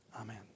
Amen